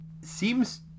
seems